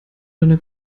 deine